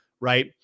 right